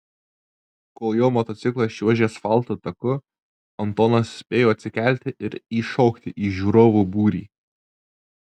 kol jo motociklas čiuožė asfalto taku antonas spėjo atsikelti ir įšokti į žiūrovų būrį